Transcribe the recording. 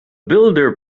builder